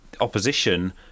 opposition